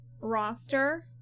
roster